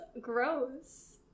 gross